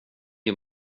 och